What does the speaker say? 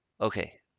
Okay